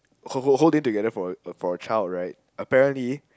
who~ whole day together for a for a child right apparently